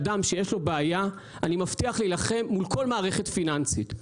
אדם שיש לו בעיה אני מבטיח להילחם בכול מערכת פיננסית.